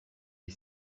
les